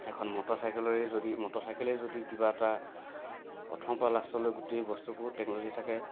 এখন মটৰচাইকেলৰে যদি মটৰচাইকেলেই যদি কিবা এটা প্ৰথমৰপৰা লাষ্টলৈ গোটেই বস্তুবোৰ টেকন'লজি থাকে